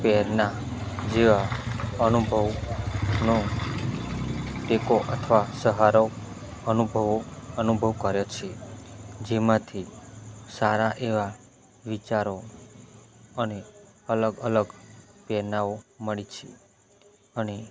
પેરના જેવા અનુભવનો ટેકો અથવા સહારો અનુભવો અનુભવ કર્યો છે જેમાંથી સારા એવા વિચારો અને અલગ અલગ પેરનાઓ મળી છે અને